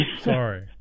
Sorry